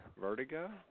Vertigo